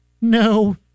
No